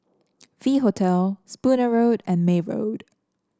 V Hotel Spooner Road and May Road